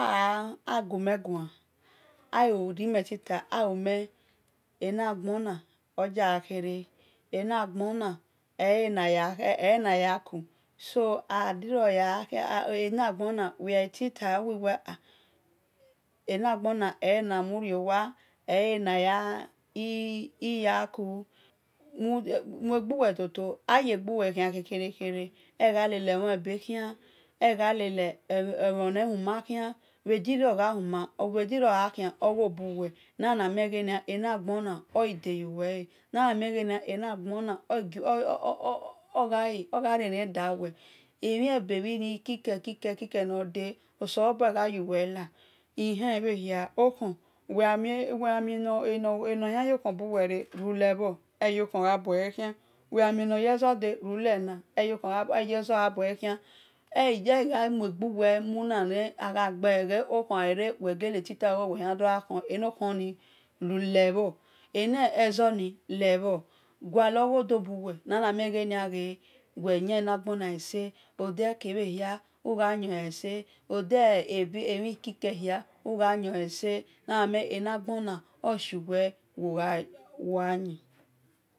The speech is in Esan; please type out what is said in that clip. Ah- agumeguan aworime soto awume enagbona odia khere ena gbona e̱ na ya ku-so enagbona enagbona e̱ na muriowa mue gbuwe toto yegbu wel khan khere egha lelo mhan ebe khian bhe di rio gha khian okhobuwe bhe gianu mie ena gbona oghi de yu web enagbona ogha rie-rie dawel emhiebe kike kike no de̱ oselobua gha yuwe la ihen bhe ma okhon wel gha mhie no yan yothon gha bue khia okhon gha lebho bho nezo ni lebho guado gho do buwel nana mie wel ghe wel yie na gbono ese ode kebhe hia ugha yiole se nana mie enagbona ohiu wel wo gha yin